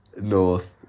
north